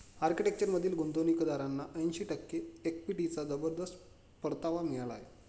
आर्किटेक्चरमधील गुंतवणूकदारांना ऐंशी टक्के इक्विटीचा जबरदस्त परतावा मिळाला आहे